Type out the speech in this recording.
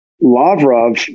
Lavrov